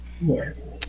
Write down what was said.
Yes